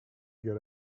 get